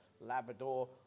Labrador